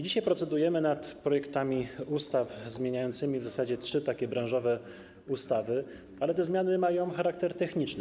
Dzisiaj procedujemy nad projektami ustaw zmieniającymi w zasadzie takie trzy branżowe ustawy, ale te zmiany mają charakter techniczny.